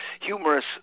humorous